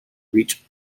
reach